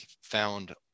found